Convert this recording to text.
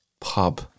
pub